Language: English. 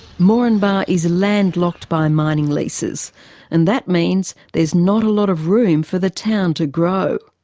moranbah is landlocked by mining leases and that means there's not a lot of room for the town to grow.